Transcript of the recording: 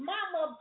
Mama